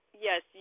Yes